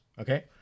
okay